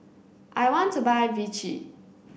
I want to buy Vichy